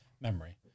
memory